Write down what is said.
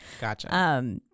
Gotcha